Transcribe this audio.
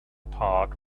part